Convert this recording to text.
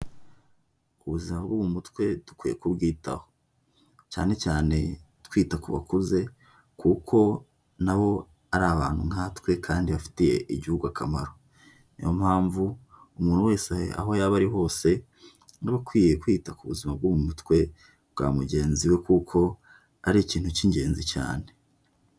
Ubuzima bwo mu mutwe dukwiye kubwitaho, cyane cyane twita ku bakuze kuko nabo ari abantu nkatwe kandi bafitiye igihugu akamaro. Niyo mpamvu umuntu wese aho yaba ari hose niwe ukwiye kwita ku buzima bwo mu mutwe bwa mugenzi we kuko ari ikintu cy'ingenzi cyane.